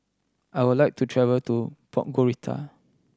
I would like to travel to Podgorica